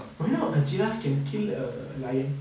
why not a giraffe can kill a lion